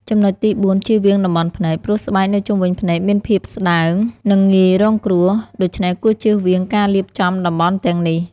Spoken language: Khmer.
ចំណុចទីបួន ជៀសវាងតំបន់ភ្នែក ព្រោះស្បែកនៅជុំវិញភ្នែកមានភាពស្ដើង និងងាយរងគ្រោះ ដូច្នេះគួរជៀសវាងការលាបចំតំបន់ទាំងនេះ។